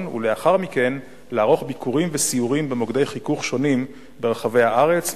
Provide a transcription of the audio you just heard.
ולאחר מכן לערוך ביקורים וסיורים במוקדי חיכוך שונים ברחבי הארץ,